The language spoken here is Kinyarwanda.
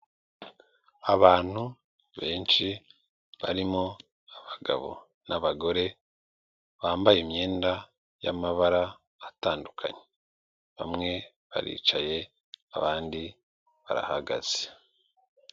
Abantu benshi barimo abagabo n'abagore, bambaye imyenda y'amabara atandukanye, bamwe baricaye abandi barahagaze.